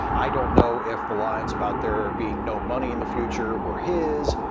i don't know if the lines about there being no money in the future were his,